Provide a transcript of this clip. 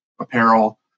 apparel